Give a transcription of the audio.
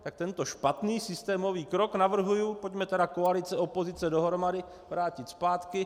Tak tento špatný systémový krok navrhuji pojďme koalice, opozice dohromady vrátit zpátky.